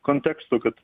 konteksto kad